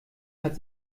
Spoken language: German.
hat